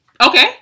Okay